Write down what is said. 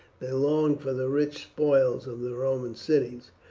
they longed for the rich spoils of the roman cities,